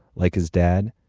like his dad,